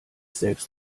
selbst